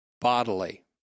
bodily